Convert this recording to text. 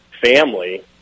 family